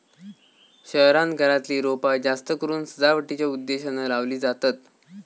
शहरांत घरातली रोपा जास्तकरून सजावटीच्या उद्देशानं लावली जातत